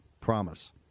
promise